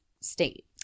state